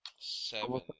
Seven